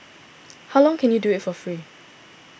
how long can you do it for free